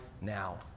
now